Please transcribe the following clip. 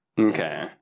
Okay